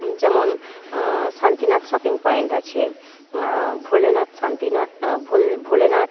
যেমন Shantinath shopping point আছে ভোলেনাথ শান্তি না ভোল ভোলেনাথ